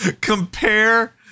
compare